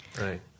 right